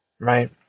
Right